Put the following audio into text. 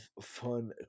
fun